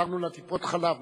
לטיפות-החלב.